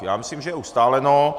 Já myslím, že je ustáleno.